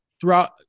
throughout